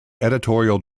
editorial